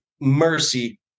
mercy